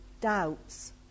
doubts